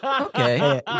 okay